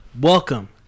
Welcome